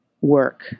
work